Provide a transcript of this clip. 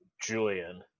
Julian